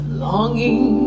longing